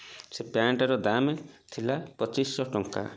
ସେ ପ୍ୟାଣ୍ଟ୍ର ଦାମ୍ ଥିଲା ପଚିଶିଶହ ଟଙ୍କା